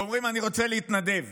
ואומרים: אני רוצה להתנדב.